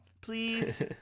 please